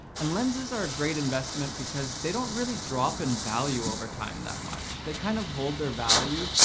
and lenses are a great investment, because they don't really drop in value over time that much they kind of hold their value.